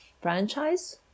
franchise